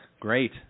Great